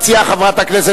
חברת הכנסת